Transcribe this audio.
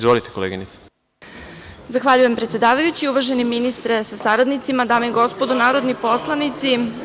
Zahvaljujem predsedavajući, uvaženi ministre sa saradnicima, dame i gospodo narodni poslanici.